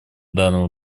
данного